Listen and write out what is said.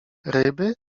ryby